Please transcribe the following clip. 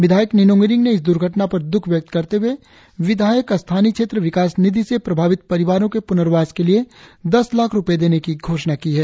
विधायक निनोंग ईरिंग ने इस आग द्र्घटना पर द्रख व्यक्त करते हुए विधायक स्थानीय क्षेत्र विकास निधि से प्रभावित परिवारों के प्र्नवास के लिए दस लाख रुपए देने की घोषणा की है